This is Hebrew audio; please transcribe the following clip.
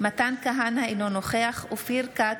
מתן כהנא, אינו נוכח אופיר כץ,